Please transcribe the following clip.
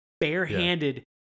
barehanded